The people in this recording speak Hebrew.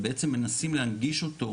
ובעצם מנסים להנגיש אותו,